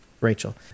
Rachel